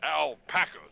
alpacas